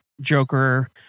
Joker